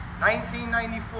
1994